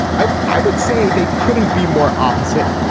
i i would say they couldn't be more opposite,